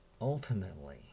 ultimately